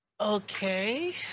okay